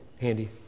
handy